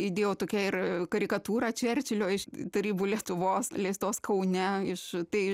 įdėjau tokią ir karikatūra čerčilio iš tarybų lietuvos leistos kaune iš tai